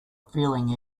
feeling